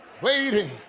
waiting